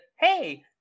Hey